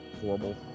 horrible